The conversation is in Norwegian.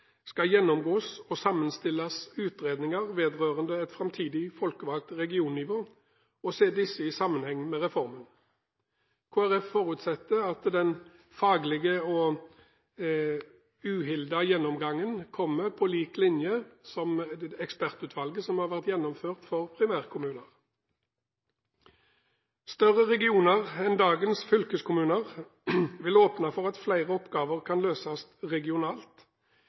skal gjennomgås og sammenstilles utredninger vedrørende et framtidig folkevalgt regionnivå og se disse i sammenheng med reformen. Kristelig Folkeparti forutsetter at den faglige og uhildede gjennomgangen kommer på lik linje med ekspertutvalgets arbeid om primærkommuner. Større regioner enn dagens fylkeskommuner vil åpne for at flere oppgaver kan løses regionalt.